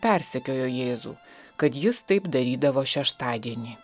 persekiojo jėzų kad jis taip darydavo šeštadienį